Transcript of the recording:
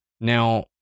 Now